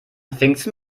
pfingsten